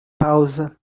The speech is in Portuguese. pausa